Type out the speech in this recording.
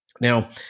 Now